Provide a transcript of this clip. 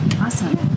Awesome